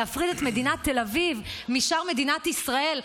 להפריד את מדינת תל אביב משאר מדינת ישראל.